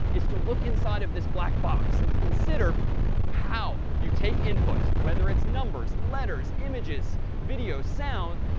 is to look inside of this black box and to consider how you take inputs, whether it's numbers, letters, images, video, sound,